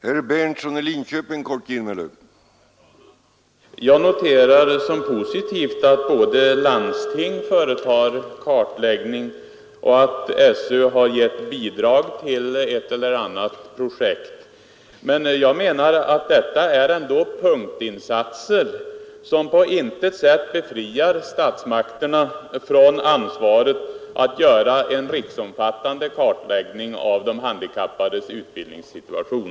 Herr talman! Jag noterar som positivt både att vissa landsting företar kartläggningar och att skolöverstyrelsen har gett bidrag till ett eller annat projekt. Men jag menar att detta är ändå punktinsatser som på intet sätt befriar statsmakterna från ansvaret att göra en riksomfattande kartläggning av de handikappades utbildningssituation.